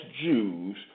Jews